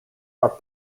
are